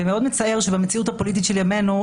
מאוד מצער שבמציאות הפוליטית של ימינו,